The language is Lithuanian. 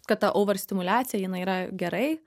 kad ta over stimuliacija jinai yra gerai